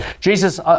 Jesus